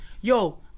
Yo